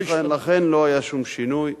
לכן לא היה שום שינוי.